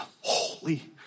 holy